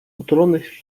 otulonych